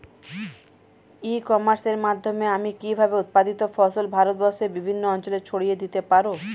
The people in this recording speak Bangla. ই কমার্সের মাধ্যমে আমি কিভাবে উৎপাদিত ফসল ভারতবর্ষে বিভিন্ন অঞ্চলে ছড়িয়ে দিতে পারো?